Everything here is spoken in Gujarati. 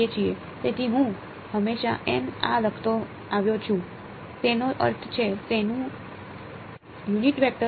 તેથી હું હંમેશા આ લખતો આવ્યો છું તેનો અર્થ છે તેનું યુનિટ વેકટર